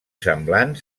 semblant